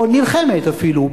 או נלחמת אפילו,